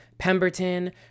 Pemberton